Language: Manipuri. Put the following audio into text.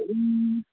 ꯑꯪ